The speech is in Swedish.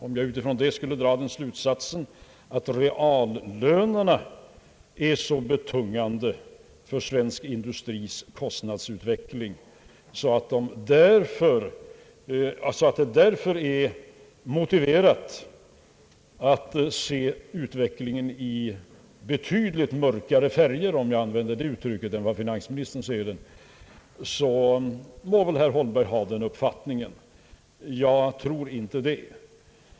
Om han vill dra slutsatsen att reallönerna är så betungande för svensk industris kostnadsutveckling att det är motiverat att se utvecklingen i betydligt mörkare färger än jag gör, så må han ha den uppfattningen. Jag delar den inte.